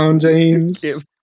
James